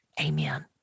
Amen